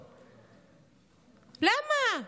למה?